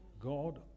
God